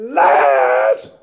last